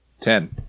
Ten